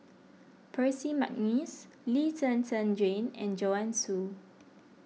Percy McNeice Lee Zhen Zhen Jane and Joanne Soo